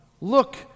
Look